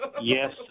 Yes